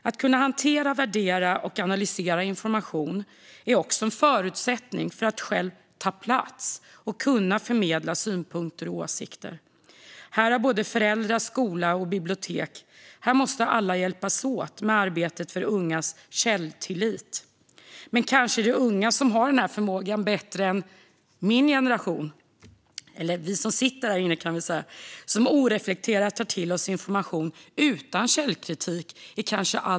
Att kunna hantera, värdera och analysera information är också en förutsättning för att själv kunna ta plats och förmedla synpunkter och åsikter. Föräldrar, skola och bibliotek måste alla hjälpas åt i arbetet med ungas källtillit. Men kanske är det unga som har denna förmåga snarare än den äldre generationen, det vill säga vi som sitter här inne, som kanske i alltför stor utsträckning oreflekterat tar till oss information utan källkritik.